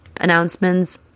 Announcements